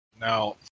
Now